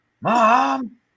Mom